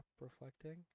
reflecting